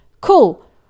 cool